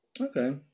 Okay